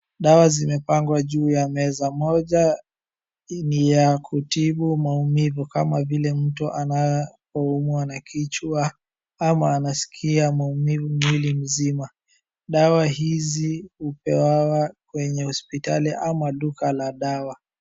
dawa zimepangwa ju ya meza moja ni ya kutibu maumivu kama mtu anapoumwa na kichwa ama anaskia maumivu mwili mzima dawa hizi hupewa kwenye hospitali ama duka la dawa